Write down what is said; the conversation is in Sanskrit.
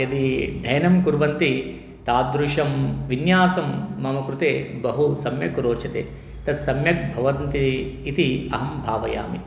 यदि डयनं कुर्वन्ति तादृशं विन्यासं मम कृते बहु सम्यक् रोचते तत् सम्यक् भवति इति अहं भावयामि